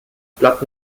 blatt